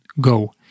go